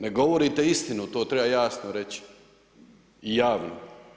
Ne govorite istinu to treba jasno reći i javno.